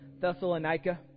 Thessalonica